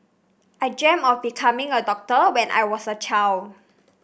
I dreamt of becoming a doctor when I was a child